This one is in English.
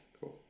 cool